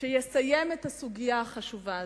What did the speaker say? ויסיים את הסוגיה החשובה הזאת.